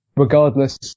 Regardless